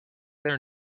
their